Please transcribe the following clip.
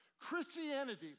Christianity